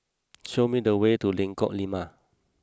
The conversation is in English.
show me the way to Lengkok Lima